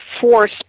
force